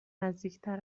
نزدیکتر